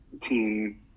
team